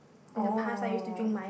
oh